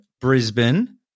Brisbane